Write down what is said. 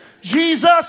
Jesus